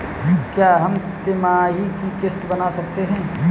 क्या हम तिमाही की किस्त बना सकते हैं?